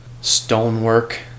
stonework